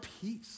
peace